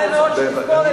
כדאי מאוד שתזכור את זה.